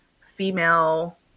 female